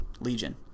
Legion